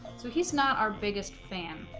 so he's not our biggest fan